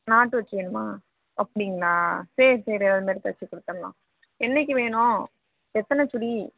not வச்சு வேணுமா அப்படிங்களா சரி சரி அதே மாதிரி தச்சு கொடுத்துர்லாம் என்னைக்கு வேணும் எத்தனை சுடி